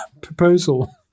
proposal